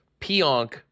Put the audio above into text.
Pionk